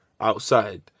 outside